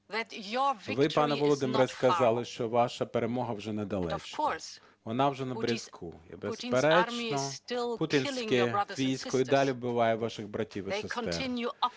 ви, пане Володимире, сказали, що ваша перемога вже недалечко, вона вже на близьку. І, безперечно, путінське військо й далі вбиває ваших братів і сестер,